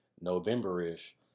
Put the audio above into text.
November-ish